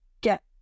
get